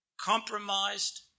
Compromised